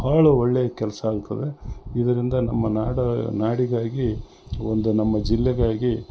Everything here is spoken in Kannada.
ಭಾಳ ಒಳ್ಳೆಯ ಕೆಲಸ ಆಗ್ತದೆ ಇದರಿಂದ ನಮ್ಮ ನಾಡು ನಾಡಿಗಾಗಿ ಒಂದು ನಮ್ಮ ಜಿಲ್ಲೆಗಾಗಿ